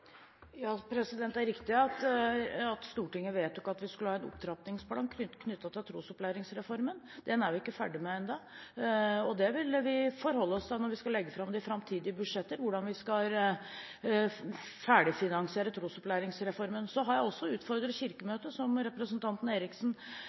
Det er riktig at Stortinget vedtok at vi skulle ha en opptrappingsplan knyttet til trosopplæringsreformen. Den er vi ikke ferdig med ennå. Når vi skal legge fram de framtidige budsjetter, vil vi forholde oss til hvordan vi skal ferdigfinansiere trosopplæringsreformen. Jeg har utfordret Kirkemøtet – som representanten Dagrun Eriksen er kjent med – på at jeg også